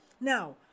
Now